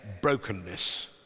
brokenness